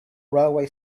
railway